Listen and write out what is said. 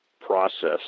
process